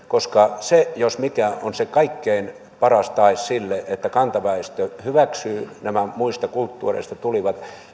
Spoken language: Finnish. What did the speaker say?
koska se jos mikä on se kaikkein paras tae sille että kantaväestö hyväksyy nämä muista kulttuureista tulevat